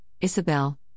Isabel